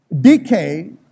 decay